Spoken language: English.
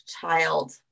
child